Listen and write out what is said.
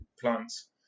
plants